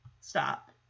stop